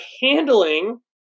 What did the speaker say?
handling